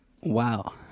wow